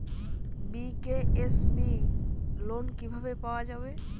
BKSB loan কিভাবে পাওয়া যাবে?